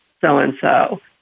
so-and-so